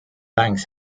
banks